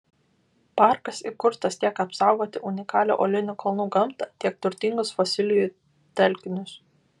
parkas įkurtas tiek apsaugoti unikalią uolinių kalnų gamtą tiek turtingus fosilijų telkinius